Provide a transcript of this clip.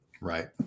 right